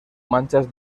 manchas